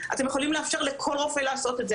אתם יכולים לאפשר לכל רופא לעשות את זה.